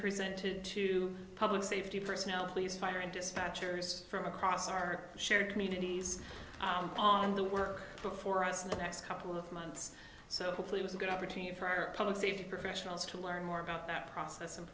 presented to public safety personnel police fire and dispatchers from across our shared communities on the work before us in the next couple of months so quickly was a good opportunity for our public safety professionals to learn more about that process and